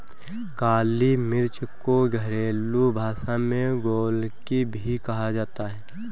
काली मिर्च को घरेलु भाषा में गोलकी भी कहा जाता है